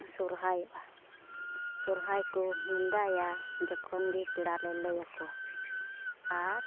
ᱥᱚᱦᱚᱨᱟᱭᱚᱜᱼᱟ ᱥᱚᱦᱚᱨᱟᱭ ᱠᱚ ᱱᱮᱸᱰᱟᱭᱟ ᱡᱚᱠᱷᱚᱱ ᱜᱮ ᱯᱮᱲᱟᱞᱮ ᱞᱟᱹᱭᱟᱠᱚᱣᱟ ᱟᱨ